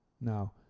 Now